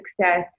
success